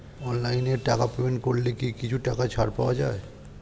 অনলাইনে টাকা পেমেন্ট করলে কি কিছু টাকা ছাড় পাওয়া যায়?